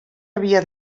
havia